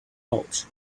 out